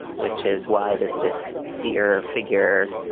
which is why does this seer figure,